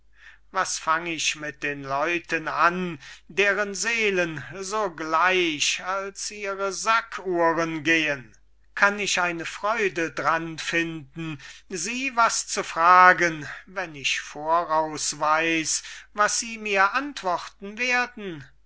was fang ich mit leuten an deren seelen so gleich als ihre sackuhren gehen kann ich eine freude dran finden sie was zu fragen wenn ich voraus weiß was sie mir antworten werden